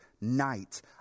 night